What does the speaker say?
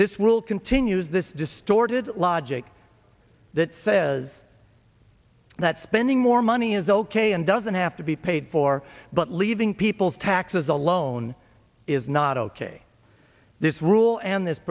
this will continue it was this distorted logic that says that spending more money is ok and doesn't have to be paid for but leaving people's taxes alone is not ok this rule and this